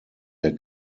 der